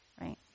right